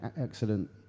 Excellent